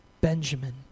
Benjamin